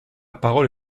parole